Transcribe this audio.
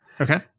Okay